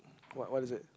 what what is it